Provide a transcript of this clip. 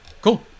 Cool